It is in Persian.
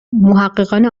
محققان